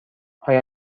آیا